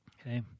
okay